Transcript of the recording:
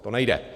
To nejde.